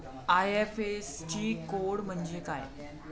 IFSC code म्हणजे काय?